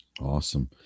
Awesome